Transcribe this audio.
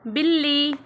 ਬਿੱਲੀ